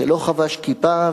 שלא חבש כיפה,